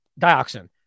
dioxin